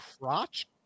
crotch